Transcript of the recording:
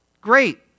Great